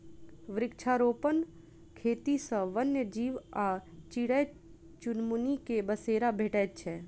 वृक्षारोपण खेती सॅ वन्य जीव आ चिड़ै चुनमुनी के बसेरा भेटैत छै